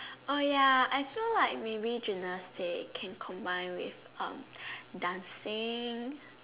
oh ya I feel like maybe gymnastic can combine with um dancing